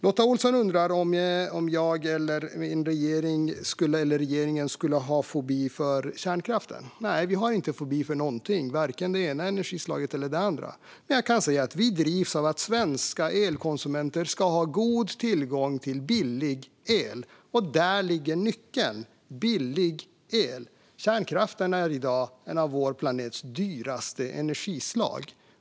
Lotta Olsson undrar om jag eller min regering har fobi för kärnkraft. Nej, vi har inte fobi för någonting, varken det ena energislaget eller det andra. Vi drivs av att svenska elkonsumenter ska ha god tillgång till billig el, och där ligger nyckeln: billig el. Kärnkraften är i dag ett av vår planets dyraste energislag.